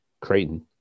Creighton